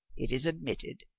it is admitted.